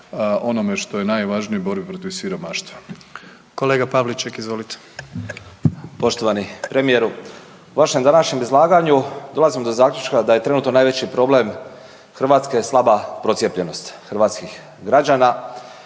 izvolite. **Pavliček, Marijan (Hrvatski suverenisti)** Poštovani premijeru, u vašem današnjem izlaganju dolazim do zaključka da je trenutno najveći problem Hrvatske slaba procijepljenost hrvatskih građana